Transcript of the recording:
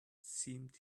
seemed